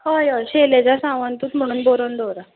हय हय सैलेशा सावंतूच म्हणून बरोवन दवरा